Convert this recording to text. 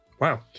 Wow